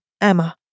EMMA